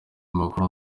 makuru